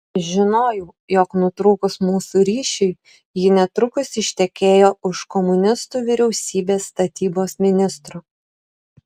žinojau jog nutrūkus mūsų ryšiui ji netrukus ištekėjo už komunistų vyriausybės statybos ministro